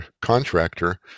contractor